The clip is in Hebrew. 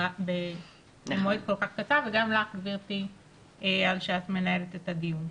בזמן כל כך קצר וגם לך גבירתי על שאת מנהלת את הדיון.